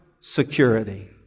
security